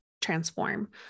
transform